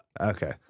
Okay